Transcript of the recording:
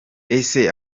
ese